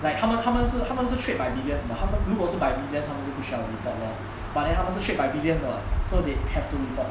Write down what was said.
like 他们他们是他们是 trade by billions 的他们如果是 by millions 的他们就不需要:deta men jiu bu xu yao report lor by then 他们是 trade by billions 的 so they have to report